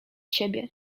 siebie